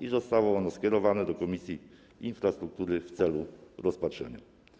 i zostało ono skierowane do Komisji Infrastruktury w celu rozpatrzenia.